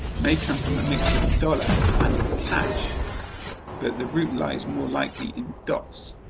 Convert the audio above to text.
may come from a mix of dollar and cash but the root lies more likely in doss,